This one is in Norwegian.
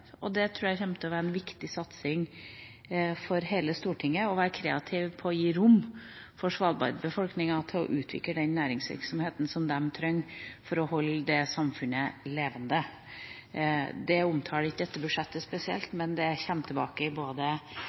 Det tror jeg kommer til å være en viktig satsing for hele Stortinget, å være kreativ med å gi Svalbards befolkning rom for å utvikle den næringsvirksomheten de trenger for å holde det samfunnet levende. Det omtaler ikke dette budsjettet spesielt, men det kommer tilbake